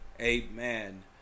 amen